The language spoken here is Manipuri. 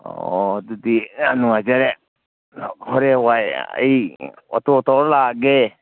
ꯑꯣ ꯑꯗꯨꯗꯤ ꯌꯥꯝ ꯅꯨꯡꯉꯥꯏꯖꯔꯦ ꯍꯣꯔꯦꯟꯋꯥꯏ ꯑꯩ ꯑꯣꯇꯣ ꯇꯧꯔ ꯂꯥꯛꯑꯒꯦ